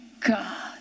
God